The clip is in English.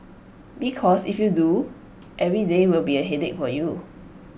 because if you do every day will be A headache for you